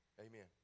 Amen